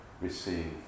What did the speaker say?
receive